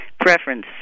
preference